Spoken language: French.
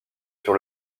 sur